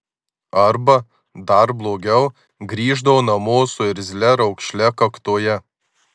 arba dar blogiau grįždavo namo su irzlia raukšle kaktoje